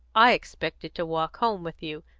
i expected to walk home with you,